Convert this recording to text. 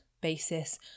basis